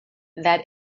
that